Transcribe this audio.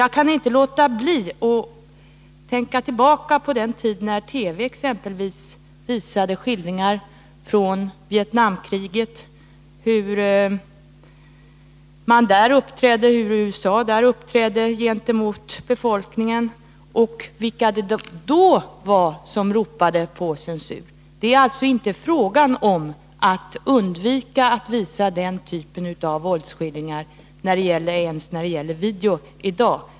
Jag kan inte låta bli att tänka tillbaka på den tid när TV visade exempelvis skildringar från Vietnamkriget, av hur USA där uppträdde gentemot befolkningen, och vilka det då var som ropade på censur. Det är alltså inte fråga om att undvika att visa den typen av våldsskildringar ens när det gäller video i dag.